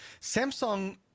Samsung